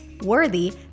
Worthy